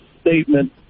statement